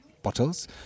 bottles